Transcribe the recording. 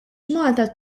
malta